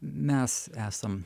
mes esam